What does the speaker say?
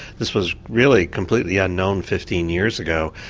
this was really completely unknown fifteen years ago.